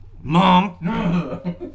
Mom